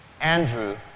Andrew